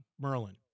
Merlin